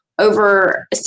Over